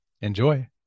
Enjoy